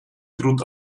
grund